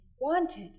wanted